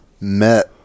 met